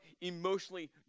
emotionally